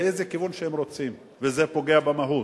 לאיזה כיוון שהם רוצים, וזה פוגע במהות.